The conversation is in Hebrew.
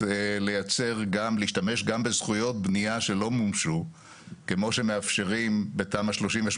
להשתמש גם בזכויות בנייה שלא מומשו כמו שמאפשרים בתמ"א 38,